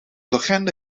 legende